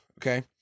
Okay